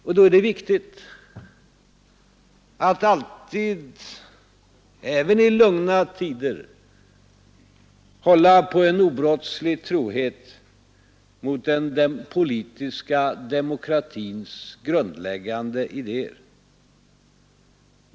Och då är det viktigt att alltid" — även i lugna tider — hålla på en obrottslig trohet mot den politiska demokratins grundläggande idéer.